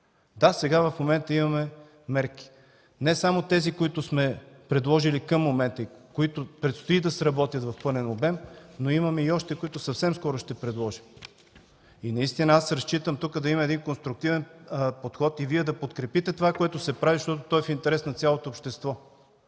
Да, сега имаме мерки. Не само тези, които сме предложили към момента и предстои да сработят в пълен обем, но имаме и още, които съвсем скоро ще предложа. Аз разчитам тук да има конструктивен подход и Вие да подкрепите това, което се прави, защото то е в интерес на цялото общество,